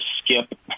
skip